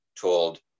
told